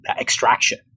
extraction